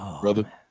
Brother